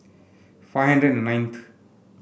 five hundred and ninth